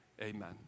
amen